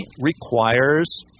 requires